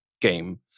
game